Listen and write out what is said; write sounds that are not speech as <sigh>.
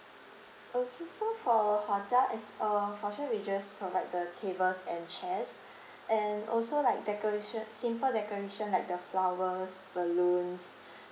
okay so for hotel if uh for sure we'll just provide the tables and chairs <breath> and also like decoratio~ simple decoration like the flowers balloons